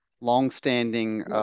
long-standing